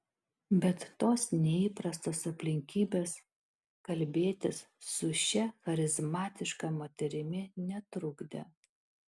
bet tos neįprastos aplinkybės kalbėtis su šia charizmatiška moterimi netrukdė